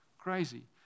crazy